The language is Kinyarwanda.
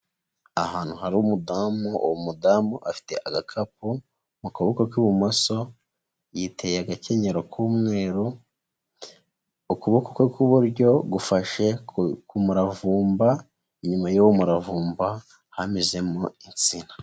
Ahantu hari umudamu, awo umudamu afite agakapu mu kuboko k'ibumoso, yiteye agakenyero k'umweru, ukuboko kwe kw'iburyo gufashe ku muravumba, inyuma y'uwo muravumba hamezemo insina.